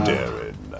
Darren